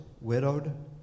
widowed